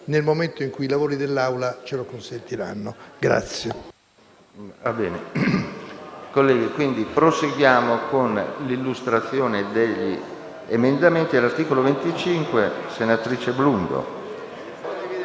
nel momento in cui i lavori dell’Aula ci consentiranno di